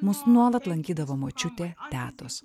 mus nuolat lankydavo močiutė tetos